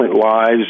lives